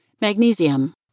Magnesium